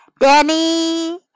Danny